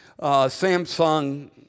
Samsung